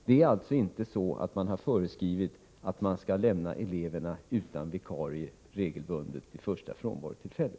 Det är alltså inte så att det har föreskrivits att man regelbundet skall lämna eleverna utan vikarie vid första frånvarotillfället.